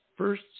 First